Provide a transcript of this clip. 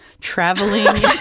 traveling